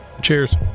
Cheers